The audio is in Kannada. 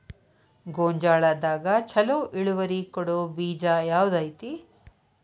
ಗೊಂಜಾಳದಾಗ ಛಲೋ ಇಳುವರಿ ಕೊಡೊ ಬೇಜ ಯಾವ್ದ್ ಐತಿ?